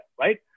right